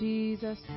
Jesus